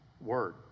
word